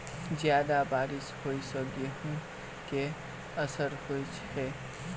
जियादा बारिश होइ सऽ गेंहूँ केँ असर होइ छै?